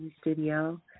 studio